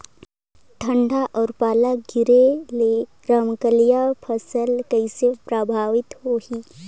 ठंडा अउ पाला गिरे ले रमकलिया फसल कइसे प्रभावित होही?